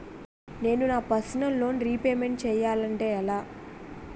నేను నా personal loan repayment చేయాలంటే ఎలా?